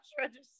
register